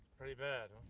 pretty bad?